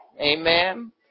Amen